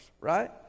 Right